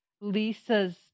Lisa's